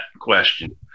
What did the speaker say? question